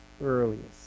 earliest